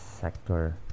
sector